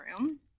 room